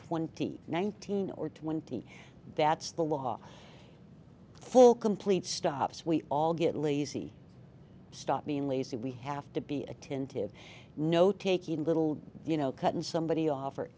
twenty nineteen or twenty that's the law full complete stops we all get lazy stop being lazy we have to be attentive no taking little you know cut and somebody offered